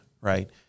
right